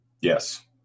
Yes